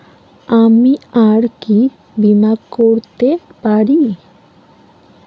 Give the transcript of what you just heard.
আমি আর কি বীমা করাতে পারি?